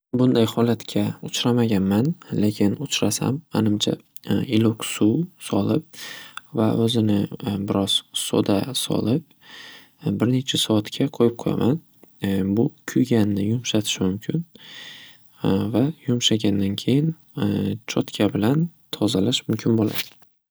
Bunday holatga uchramaganman. Lekin uchrasam, manimcha, iliq suv solib va o'zini biroz so'da solib bir necha soatga qo'yib qo'yaman. Bu kuyganni yumshatishi mumkin va yumshagandan keyin chotka bilan tozalash mumkin bo'ladi.